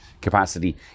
capacity